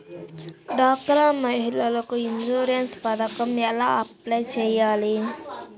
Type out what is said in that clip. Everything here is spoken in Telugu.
డ్వాక్రా మహిళలకు ఇన్సూరెన్స్ పథకం ఎలా అప్లై చెయ్యాలి?